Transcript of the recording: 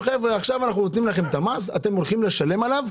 שעכשיו נותנים להם את המס ואתם הולכים לשלם אותו.